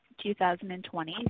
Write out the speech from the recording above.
2020